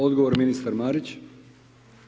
Odgovor ministar Marić.